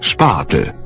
Spatel